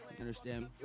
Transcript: understand